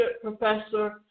professor